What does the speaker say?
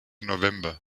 november